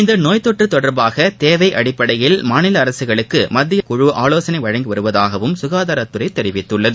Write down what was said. இந்த நோய் தொற்று தொடர்பாக தேவை அடிப்படையில் மாநில அரசுகளுக்கு மத்திய குழு ஆலோசனை வழங்கி வருவதாகவும் சுகாதாரத்துறை தெரிவித்துள்ளது